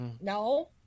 No